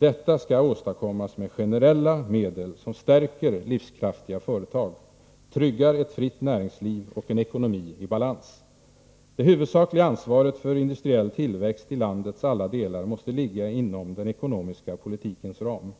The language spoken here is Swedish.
Detta skall åstadkommas med generella medel som stärker livskraftiga företag, tryggar ett fritt näringsliv och en ekonomi i balans. Det huvudsakliga ansvaret för industriell tillväxt i landets alla delar måste ligga inom den ekonomiska politikens ram.